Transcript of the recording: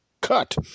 cut